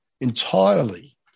entirely